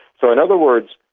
so in other words,